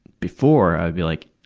before i'd be like,